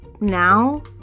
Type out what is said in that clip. now